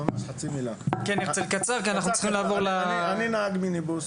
אני נהג מיניבוס,